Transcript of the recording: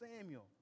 Samuel